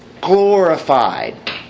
glorified